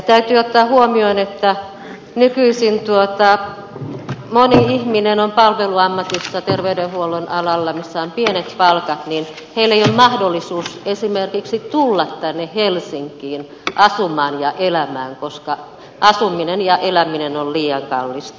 täytyy ottaa huomioon että nykyisin moni ihminen on esimerkiksi palveluammatissa terveydenhuollon alalla missä on pienet palkat eikä heillä ole mahdollisuutta esimerkiksi tulla tänne helsinkiin asumaan ja elämään koska asuminen ja eläminen on liian kallista